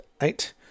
eight